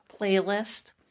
playlist